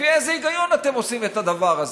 לפי איזה היגיון אתם עושים את הדבר הזה?